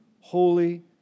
Holy